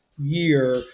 year